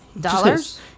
dollars